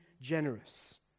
generous